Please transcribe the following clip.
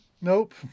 Nope